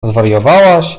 zwariowałaś